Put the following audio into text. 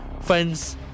Friends